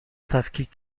تفکیک